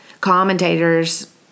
commentators